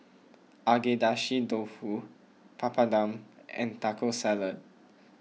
Agedashi Dofu Papadum and Taco Salad